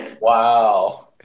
Wow